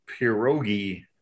pierogi